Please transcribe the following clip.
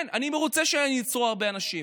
כן, אני מרוצה שנעצרו הרבה אנשים.